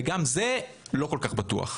וגם זה לא כל כך בטוח.